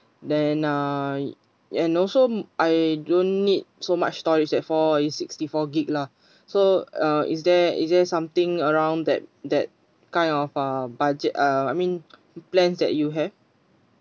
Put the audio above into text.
then uh and also I don't need so much storage as for sixty four gigabytes lah so uh is there is there something around that that kind of uh budget uh I mean plans that you have